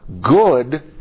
good